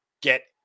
get